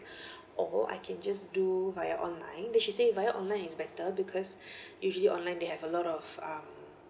or I can just do via online then she say via online is better because usually online they have a lot of um